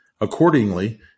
Accordingly